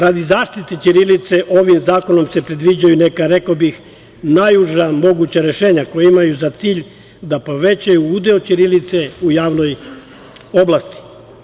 Radi zaštite ćirilice ovim zakonom se predviđaju neka, rekao bih, najuža moguća rešenja koja imaju za cilj da povećaju udeo ćirilice u javnim oblastima.